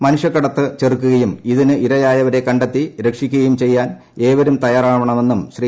മനുഷ്യകടത്ത് ചെറുക്കുകയു്കും ഇതിന് ഇരയായവരെ കണ്ടെത്തി രക്ഷിക്കുകയും ചെയ്യാൻ ഏവരും തയ്യാറാവണമെന്നും ശ്രീ